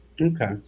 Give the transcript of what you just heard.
Okay